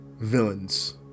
villains